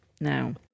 now